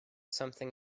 something